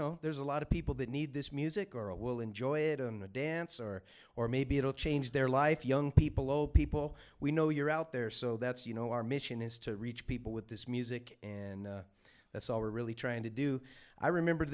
know there's a lot of people that need this music or a will enjoy it and a dancer or maybe it'll change their life young people oh people we know you're out there so that's you know our mission is to reach people with this music and that's all we're really trying to do i remember